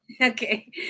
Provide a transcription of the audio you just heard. Okay